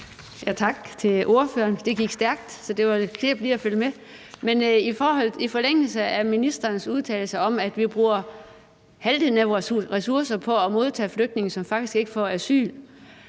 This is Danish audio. Tak til ordføreren. Det gik stærkt, så det kneb lidt med at følge med. Men i forlængelse af ministerens udtalelse om, at vi bruger halvdelen af vores ressourcer på at modtage flygtninge, som faktisk ikke får asyl,